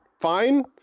fine